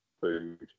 food